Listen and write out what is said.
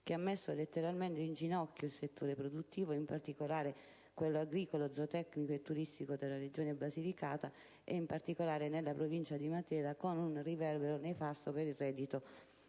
che ha messo letteralmente in ginocchio il settore produttivo, in particolare quello agricolo, zootecnico e turistico della Regione Basilicata, soprattutto nella provincia di Matera, con un riverbero nefasto per il reddito